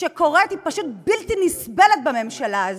היא פשוט בלתי נסבלת, בממשלה הזאת,